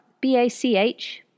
b-a-c-h